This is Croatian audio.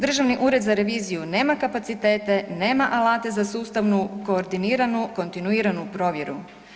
Državni ured za reviziju nema kapacitete, nema alate za sustavnu, koordiniranu, kontinuiranu provjeru.